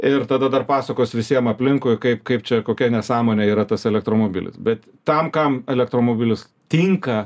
ir tada dar pasakos visiem aplinkui kaip kaip čia kokia nesąmonė yra tas elektromobilis bet tam kam elektromobilis tinka